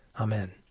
Amen